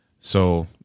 So-